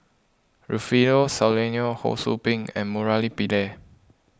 Rufino Soliano Ho Sou Ping and Murali Pillai